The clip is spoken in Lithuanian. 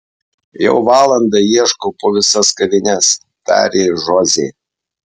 jau valandą ieškau po visas kavines tarė žozė